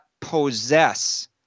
possess